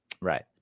Right